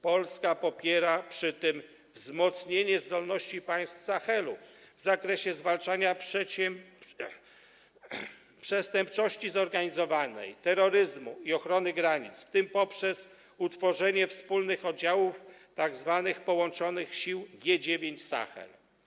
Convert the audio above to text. Polska popiera przy tym wzmocnienie zdolności państw Sahelu w zakresie zwalczania przestępczości zorganizowanej i terroryzmu oraz ochrony granic, w tym poprzez utworzenie wspólnych oddziałów, tzw. połączonych sił G9 Sahel.